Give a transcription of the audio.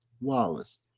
wallace